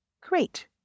great